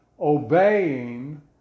obeying